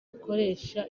bukoresha